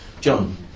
John